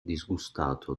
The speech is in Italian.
disgustato